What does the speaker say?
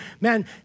man